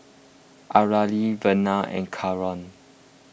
Areli Vernia and Keyon